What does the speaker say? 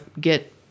get